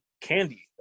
candy